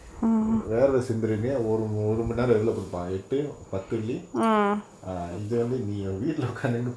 வேர்வை சிந்துரனே ஒரு ஒரு மணி நேரோ எவளோ குடுப்பா எட்டு பத்து வெள்ளி:vervai sinthuranae oru oru mani nero evalo kuduppaa ettu pathu velli ah இது வந்து நீ வீட்ல உக்காந்துட்டு:ithu vanthu nee veetla ukkanthutu